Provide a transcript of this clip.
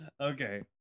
Okay